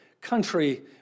country